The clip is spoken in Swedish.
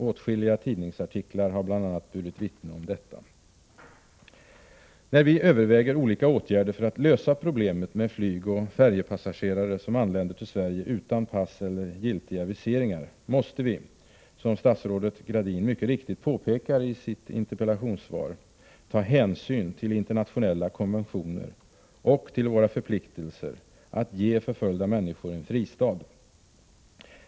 Åtskilliga tidningsartiklar har bl.a. burit vittne om detta! När vi överväger olika åtgärder för att lösa problemet med flygoch färjepassagerare som anländer till Sverige utan pass eller giltiga aviseringar, måste vi — som statsrådet Gradin mycket riktigt påpekar i sitt interpellationssvar — ta hänsyn till internationella konventioner och till våra förpliktelser att ge förföljda människor en fristad.